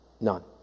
None